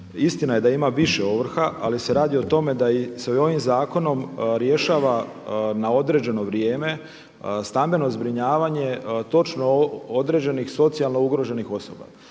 Istina je da ima više ovrha ali se radi o tome da se i ovim zakonom rješava na određeno vrijeme stambeno zbrinjavanje točno određenih socijalno ugroženih osoba.